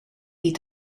die